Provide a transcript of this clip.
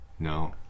no